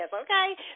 okay